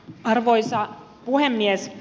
arvoisa puhemies